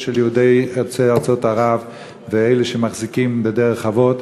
יהודים יוצאי ארצות ערב ואלה שמחזיקים בדרך אבות,